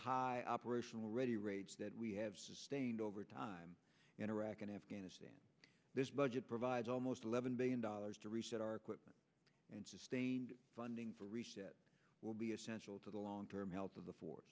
high operational ready rates that we have sustained over time in iraq and afghanistan this budget provides almost eleven billion dollars to reset our equipment and sustained funding for research it will be essential to the long term health of the fo